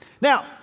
Now